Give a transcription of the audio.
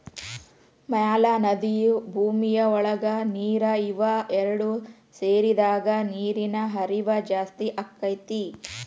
ಮ್ಯಾಲ ನದಿ ಭೂಮಿಯ ಒಳಗ ನೇರ ಇವ ಎರಡು ಸೇರಿದಾಗ ನೇರಿನ ಹರಿವ ಜಾಸ್ತಿ ಅಕ್ಕತಿ